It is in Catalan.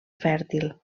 fèrtil